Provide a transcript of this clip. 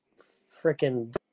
freaking